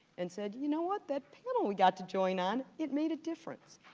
and said, you know what? that panel we got to join on, it made a difference,